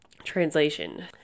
translation